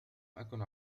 أكن